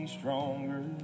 stronger